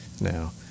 now